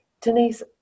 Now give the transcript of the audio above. Denise